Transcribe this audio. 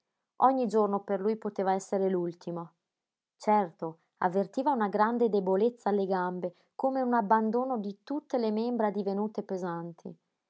ogni giorno per lui poteva esser l'ultimo certo avvertiva una grande debolezza alle gambe come un abbandono di tutte le membra divenute pesanti